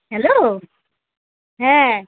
hello হ্যাঁ